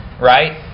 right